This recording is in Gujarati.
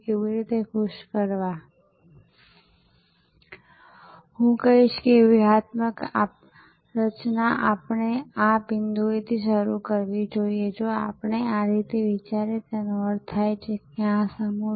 તેથી તમે તે ફિલ્મ પણ જોઈ શકો છો અને તે ફિલ્મ ખૂબ જ રસપ્રદ પ્રણય વિશે છે પરંતુ તે આ સમગ્ર વિતરણ પધ્ધતિ પર આધારિત છે